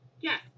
Yes